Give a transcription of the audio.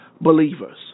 believers